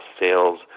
sales